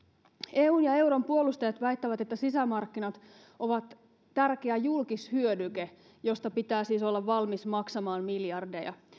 eun ja euron puolustajat väittävät että sisämarkkinat ovat tärkeä julkishyödyke josta pitää siis olla valmis maksamaan miljardeja